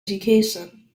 education